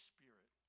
Spirit